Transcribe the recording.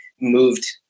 moved